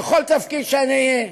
בכל תפקיד שאני אהיה.